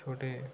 ਛੋਟੇ